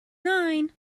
nine